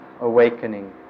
awakening